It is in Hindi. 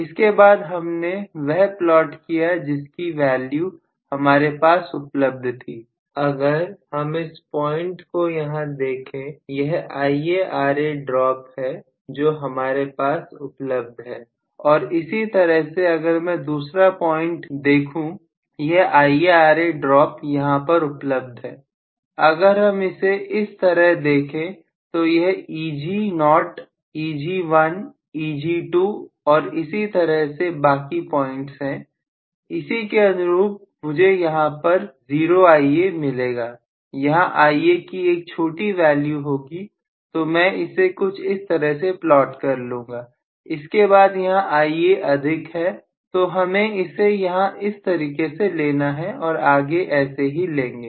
इसके बाद हमने वह प्लॉट किया जिनकी वैल्यू हमारे पास उपलब्ध थी अगर हम इस पॉइंट को यहां देखें यह IaRa ड्रॉप है जो हमारे पास उपलब्ध है और इसी तरह से अगर मैं दूसरा पॉइंट देखें यह IaRa ड्रॉप यहां पर उपलब्ध है अगर हम इसे इस तरह देखें तो यह Eg नोट Eg1Eg2 और इसी तरह से बाकी पॉइंट्स है इसी के अनुरूप मुझे यहां पर 0 Ia मिलेगा यहां पर Ia की एक छोटी वैल्यू होगी तो मैं इसे कुछ इस तरह से प्लॉट कर लूंगा इसके बाद यहां Ia अधिक है तू हमें इसे यहां इस तरीके से लेना है और आगे ऐसे ही लेंगे